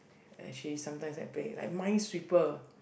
actually sometimes I play like Minesweeper